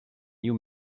new